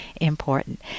important